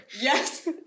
Yes